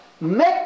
make